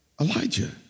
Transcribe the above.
Elijah